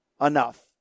enough